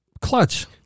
Clutch